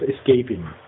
escaping